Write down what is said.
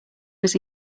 was